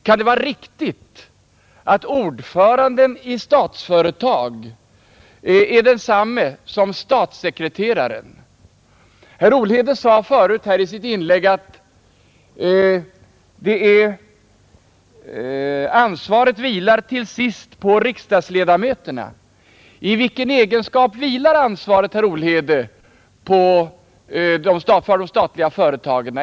Kan det vara riktigt att ordföranden i Statsföretag AB är densamme som statssekreteraren i industridepartementet? Herr Olhede sade förut i sitt inlägg att ansvaret vilar till sist på riksdagsledamöterna. I vilken egenskap vilar ansvaret för de statliga företagen på herr Olhede?